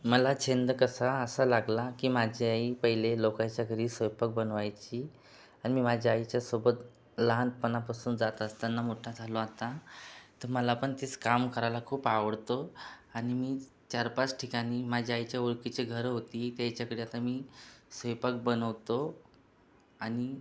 मला छंद कसा असा लागला की माझी आई पहिले लोकांच्या घरी स्वयंपाक बनवायची आणि मी माझ्या आईच्यासोबत लहानपणापासून जात असताना मोठा झालो आता तर मला पण तेच काम करायला खूप आवडतो आणि मीच चार पाच ठिकाणी माझ्या आईच्या ओळखीचे घरं होती त्यांच्याकडे आता मी स्वैंपाक बनवतो आणि